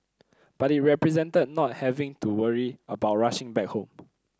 but it represented not having to worry about rushing back home